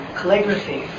calligraphy